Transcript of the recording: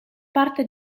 parte